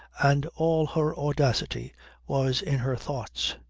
and all her audacity was in her thoughts.